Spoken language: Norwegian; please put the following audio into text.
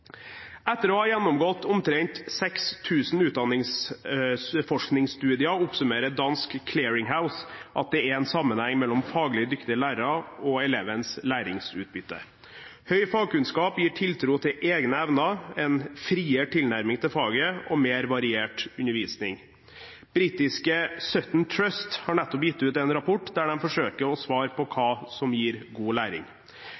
Etter å ha gjennomgått omtrent 6 000 utdanningsforskningsstudier oppsummerer Dansk Clearinghouse at det er en sammenheng mellom faglig dyktige lærere og elevens læringsutbytte. Høy fagkunnskap gir tiltro til egne evner, en friere tilnærming til faget og mer variert undervisning. Britiske Sutton Trust har nettopp gitt ut en rapport der de forsøker å svare på hva som gir god læring.